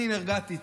אני נרגעתי אתמול.